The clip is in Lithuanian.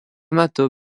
metu